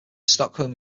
stockholm